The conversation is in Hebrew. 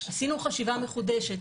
עשינו חשיבה מחודשת,